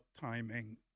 timing